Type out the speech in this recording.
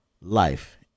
life